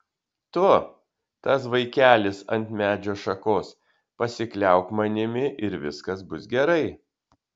tu tas vaikelis ant medžio šakos pasikliauk manimi ir viskas bus gerai